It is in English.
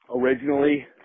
originally